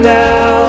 now